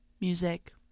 music